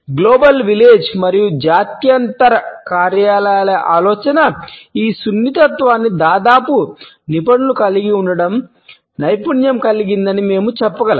global village మరియు జాత్యాంతర కార్యాలయాల ఆలోచన ఈ సున్నితత్వాన్ని దాదాపు నిపుణులు కలిగి ఉండవలసిన నైపుణ్యం కలిగిందని మేము చెప్పగలము